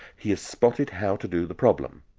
he has spotted how to do the problem.